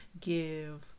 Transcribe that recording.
give